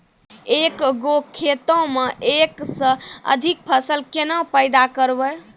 एक गो खेतो मे एक से अधिक फसल केना पैदा करबै?